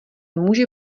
může